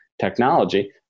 technology